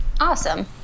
Awesome